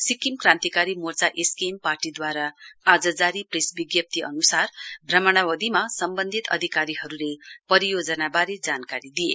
Sikkim Krantikari Morcha SKM पार्टीद्वारा आज जारी प्रेस विज्ञप्तिअनुसार भ्रमणावधिमा सम्बन्धित अधिकारीहरूले परियोजनाबारे जानकारी दिए